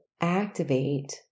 activate